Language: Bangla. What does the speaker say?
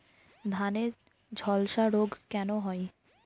ধানে ঝলসা রোগ কেন হয়?